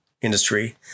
industry